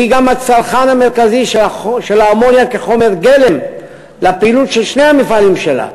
היא גם הצרכן המרכזי של האמוניה כחומר גלם לפעילות של שני המפעלים שלה,